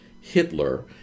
Hitler